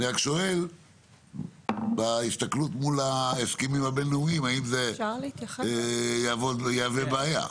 אני רק שואל אם בהסתכלות על ההסכמים הבין-לאומיים זה יהווה בעיה.